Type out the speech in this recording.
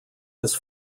his